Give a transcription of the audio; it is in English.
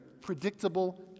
predictable